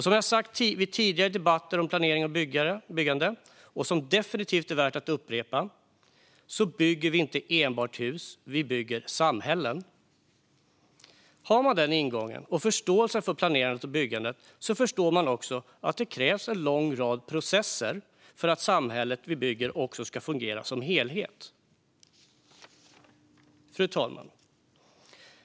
Som jag har sagt vid tidigare debatter om planering och byggande, och som definitivt är värt att upprepa, bygger vi inte enbart hus; vi bygger samhällen. Om man har den ingången och förståelsen för planerandet och byggandet förstår man också att det krävs en lång rad processer för att samhället vi bygger också ska fungera som en helhet. Fru talman!